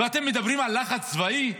ואתם מדברים על לחץ צבאי?